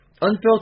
Unfiltered